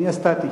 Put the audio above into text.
אני הסטטי.